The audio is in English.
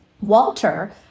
Walter